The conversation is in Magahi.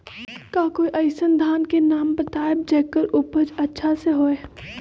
का कोई अइसन धान के नाम बताएब जेकर उपज अच्छा से होय?